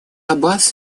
аббас